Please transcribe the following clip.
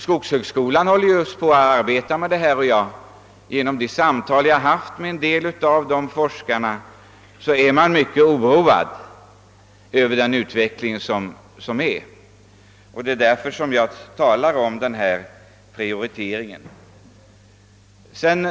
Skogshögskolan arbetar för närvarande med dessa problem, och genom de samtal jag har haft med en del av forskarna vet jag att man är mycket oroad över den pågående utvecklingen. Det är därför jag talar om denna prioritering.